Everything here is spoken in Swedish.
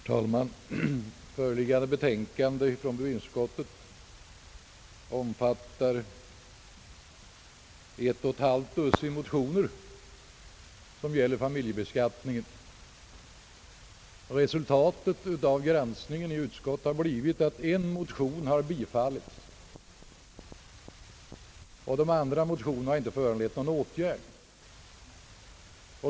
Herr talman! Föreliggande betänkande från bevillningsutskottet omfattar ett och ett halvt dussin motioner, som behandlar familjebeskattningen. Resultatet av utskottets granskning har blivit att en motion har tillstyrkts. De övriga motionerna har inte föranlett någon åtgärd.